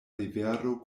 rivero